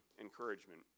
encouragement